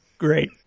Great